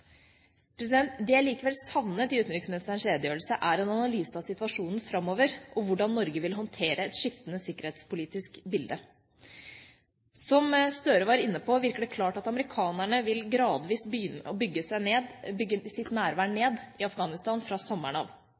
Det jeg likevel savnet i utenriksministerens redegjørelse, er en analyse av situasjonen framover og hvordan Norge vil håndtere et skiftende sikkerhetspolitisk bilde. Som Gahr Støre var inne på, virker det klart at amerikanerne gradvis vil bygge ned sitt nærvær i Afghanistan fra sommeren av.